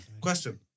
Question